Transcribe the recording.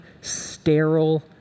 sterile